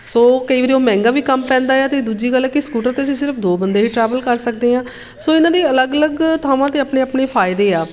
ਸੋ ਕਈ ਵਾਰੀ ਉਹ ਮਹਿੰਗਾ ਵੀ ਕੰਮ ਪੈਂਦਾ ਹੈ ਅਤੇ ਦੂਜੀ ਗੱਲ ਕਿ ਸਕੂਟਰ 'ਤੇ ਅਸੀਂ ਸਿਰਫ਼ ਅਸੀਂ ਦੋ ਬੰਦੇ ਹੀ ਟਰੈਵਲ ਕਰ ਸਕਦੇ ਹਾਂ ਸੋ ਇਹਨਾਂ ਦੀ ਅਲੱਗ ਅਲੱਗ ਥਾਵਾਂ 'ਤੇ ਆਪਣੇ ਆਪਣੇ ਫਾਇਦੇ ਆ